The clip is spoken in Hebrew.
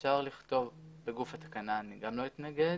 אפשר לכתוב בגוף התקנה, אני לא אתנגד,